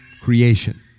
creation